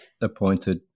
appointed